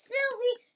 Sylvie